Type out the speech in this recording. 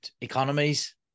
economies